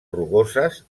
rugoses